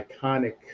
iconic